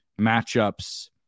matchups